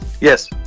Yes